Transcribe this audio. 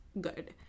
good